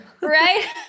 Right